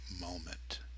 moment